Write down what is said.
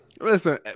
Listen